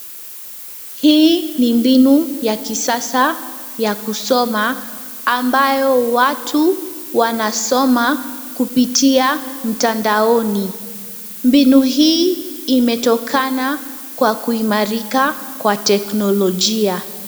Hii ni mbinu ya kisasa ya kusoma ambayo watu wanasoma kupitia mtandaoni. Mbinu hii imetokana kwa kuimarika kwa teknolojia.